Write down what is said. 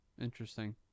Interesting